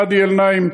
ואדי-אלנעם,